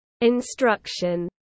instruction